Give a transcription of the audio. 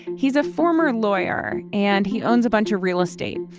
he's a former lawyer, and he owns a bunch of real estate.